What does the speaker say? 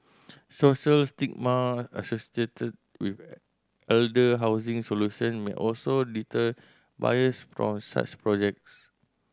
social stigma associated with elder housing solution may also deter buyers from such projects